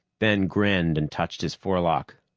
ben grinned and touched his forelock.